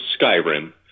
Skyrim